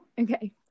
Okay